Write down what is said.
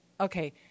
okay